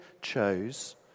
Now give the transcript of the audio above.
chose